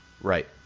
Right